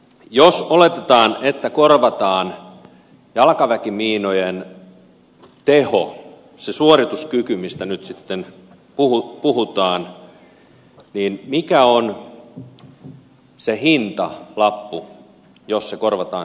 jos oletetaan että korvataan jalkaväkimiinojen teho se suorituskyky mistä nyt sitten puhutaan niin mikä on se hintalappu jos se korvataan sataprosenttisesti